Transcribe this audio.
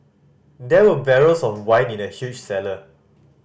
there were barrels of wine in the huge cellar